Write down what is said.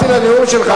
הקשבתי לנאום שלך,